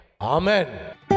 Amen